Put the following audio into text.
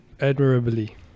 admirably